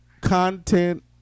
content